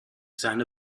seine